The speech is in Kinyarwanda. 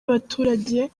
y’abaturage